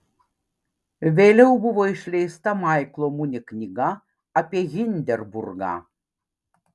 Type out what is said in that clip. vėliau buvo išleista maiklo muni knyga apie hindenburgą